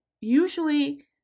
usually